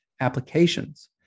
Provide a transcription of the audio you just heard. applications